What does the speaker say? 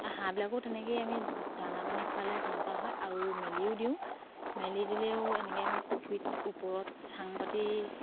হাঁহবিলাকো তেনেকেই আমি দানা পানী খোৱালে এনেকুৱা হয় আৰু মেলিও দিওঁ মেলি দিলেও এনেকে আমি পুখুৰীত ওপৰত চাং পাতি